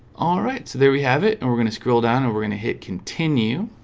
all right, so there we have it and we're gonna scroll down and we're gonna hit continue